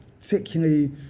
particularly